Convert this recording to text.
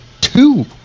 two